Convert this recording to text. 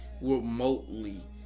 remotely